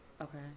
Okay